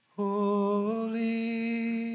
holy